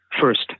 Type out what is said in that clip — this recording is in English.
first